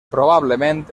probablement